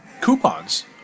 coupons